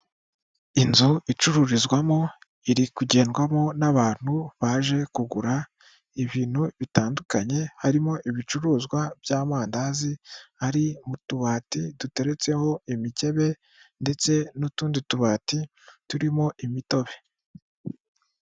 Inzu icururizwamo, iri kugendwamo n'abantu baje kugura ibintu bitandukanye harimo ibicuruzwa by'amandazi, ari mu tubati duteretseho imikebe ndetse n'utundi tubati turimo imitobe.